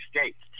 States